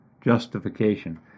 justification